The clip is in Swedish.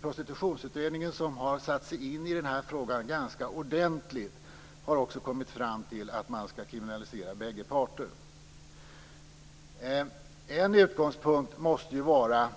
Prostitutionsutredningen, som har satt sig in i den här frågan ganska ordentligt, har också kommit fram till att man skall kriminalisera bägge parter. En utgångspunkt måste vara